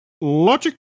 Logic